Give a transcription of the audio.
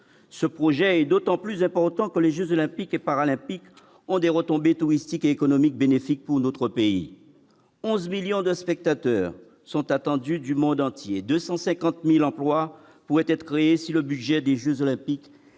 ce projet est d'autant plus important que les Jeux olympiques et paralympiques ont des retombées touristiques et économiques bénéfiques pour notre pays 11 millions de spectateurs sont attendus du monde entier, 250000 emplois pourraient être créés si le budget des Jeux olympiques